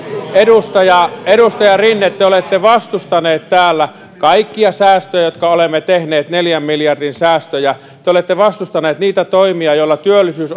edustaja edustaja rinne olette vastustaneet täällä kaikkia säästöjä jotka olemme tehneet neljän miljardin säästöjä te olette vastustaneet niitä toimia joilla työllisyys